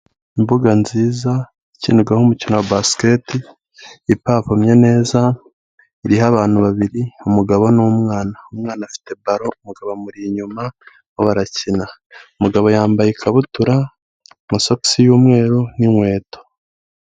Imbuga nziza ikinirwaho umukino wa basiketi ipavomye neza, iriho abantu babiri umugabo n'umwana, umwana afite baro umugabo amuri inyuma barimo barakina, umugabo yambaye ikabutura amasogisi y'umweru n'inkweto.